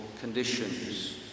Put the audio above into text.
conditions